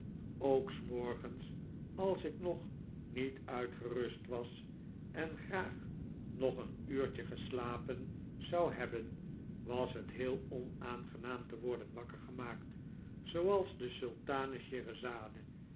ook s morgens als ik nog niet uitgerust was en graag nog een uurtje geslapen zou hebben was het heel onaangenaam te worden wakker gemaakt zooals de sultane scheherazade